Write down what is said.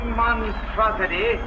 monstrosity